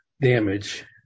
damage